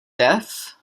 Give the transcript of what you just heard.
deaf